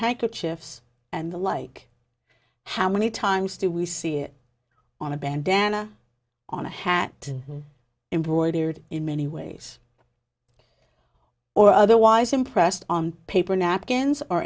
handkerchiefs and the like how many times do we see it on a bandana on a hat embroidered in many ways or otherwise impressed on paper napkins or